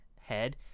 head